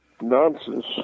nonsense